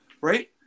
right